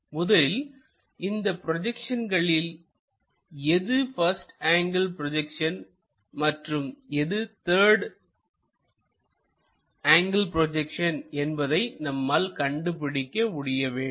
முதலில் இந்த ப்ரொஜெக்ஷன்களில் எது பஸ்ட் ஆங்கிள் ப்ரொஜெக்ஷன் மற்றும் எது த்தர்டு ஆங்கிள் ப்ரொஜெக்ஷன் என்பதை நம்மால் கண்டுபிடிக்க முடிய வேண்டும்